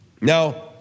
Now